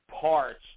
parts